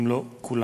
אם לא כולם.